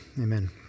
Amen